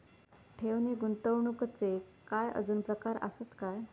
ठेव नी गुंतवणूकचे काय आजुन प्रकार आसत काय?